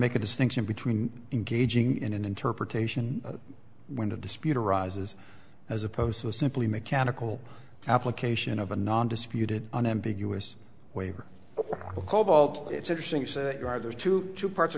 make a distinction between engaging in an interpretation when a dispute arises as opposed to a simply mechanical application of a non disputed unambiguous waiver cobalt it's interesting you say you are there to two parts of